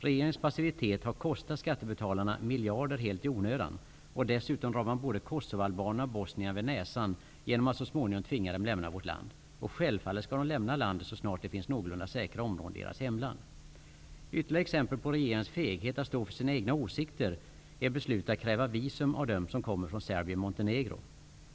Regeringens passivitet har kostat skattebetalarna miljarder helt i onödan, och dessutom drar man både kosovoalbaner och bosnier vid näsan genom att så småningom tvinga dem att lämna vårt land. Och självfallet skall de lämna landet så snart det finns någorlunda säkra områden i deras hemland. Ytterligare ett exempel på regeringens feghet att stå för sina åsikter är beslutet att kräva visum av dem som kommer från Serbien och Montenegro.